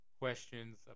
questions